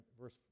verse